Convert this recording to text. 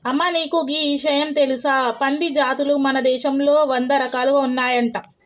అమ్మ నీకు గీ ఇషయం తెలుసా పంది జాతులు మన దేశంలో వంద రకాలు ఉన్నాయంట